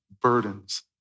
burdens